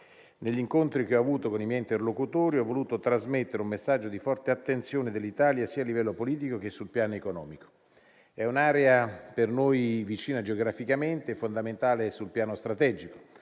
Negli incontri che ho avuto con i miei interlocutori ho voluto trasmettere un messaggio di forte attenzione dell'Italia sia a livello politico che sul piano economico. È un'area per noi vicina geograficamente e fondamentale sul piano strategico,